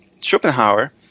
Schopenhauer